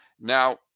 Now